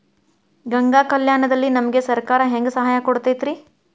ಗಂಗಾ ಕಲ್ಯಾಣ ದಲ್ಲಿ ನಮಗೆ ಸರಕಾರ ಹೆಂಗ್ ಸಹಾಯ ಕೊಡುತೈತ್ರಿ?